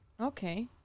Okay